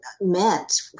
meant